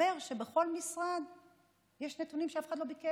מסתבר שבכל משרד יש נתונים שאף אחד לא ביקש,